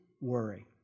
worry